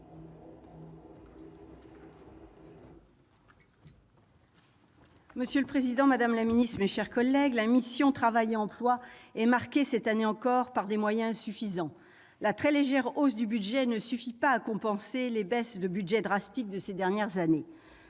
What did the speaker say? Monsieur le président, madame la ministre, mes chers collègues, la mission « Travail et emploi » est marquée, cette année encore, par des moyens insuffisants ; en effet, la très légère hausse de ses crédits ne suffit pas à compenser les baisses drastiques des dernières années,